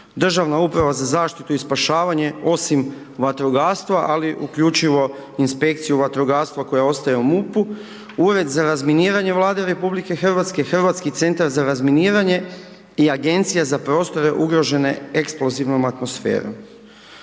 Državna uprava za zaštitu i spašavanje, osim vatrogastva, ali uključivo inspekciju vatrogastva koja ostaje u MUP-u, Ured za razminiranje Vlade RH, Hrvatski centar za razminiranje i Agencija za prostore ugrožene eksplozivnom atmosferom.